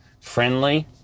friendly